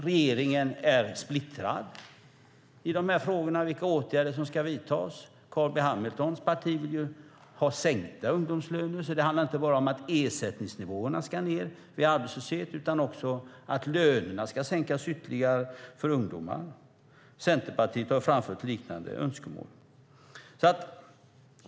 Regeringen är splittrad i fråga om vilka åtgärder som ska vidtas. Carl B Hamiltons parti vill ha sänkta ungdomslöner. Det handlar inte bara om att ersättningsnivåerna ska sänkas vid arbetslöshet utan också om att lönerna ska sänkas ytterligare för ungdomar. Centerpartiet har framfört liknande önskemål.